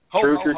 true